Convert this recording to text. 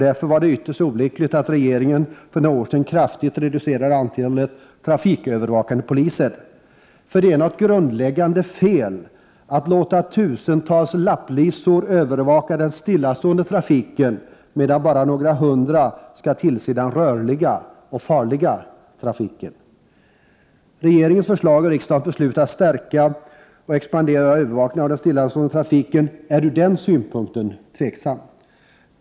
Därför var det ytterst olyckligt att regeringen för några år sedan kraftigt reducerade antalet trafikövervakande poliser. Det är ett grundläggande fel att låta tusentals ”lapplisor” övervaka den stillastående trafiken, medan bara några hundra skall tillse den rörliga och farliga trafiken. Regeringens förslag och riksdagens beslut att stärka och expandera övervakningen av den stillastående trafiken är ur den synpunkten tveksamt.